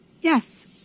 yes